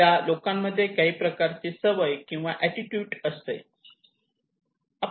त्या लोकांमध्ये काही प्रकारची सवय किंवा अटीट्युड असते